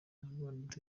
rwanda